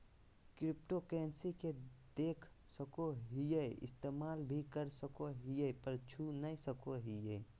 cryptocurrency के देख सको हीयै इस्तेमाल भी कर सको हीयै पर छू नय सको हीयै